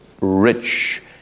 rich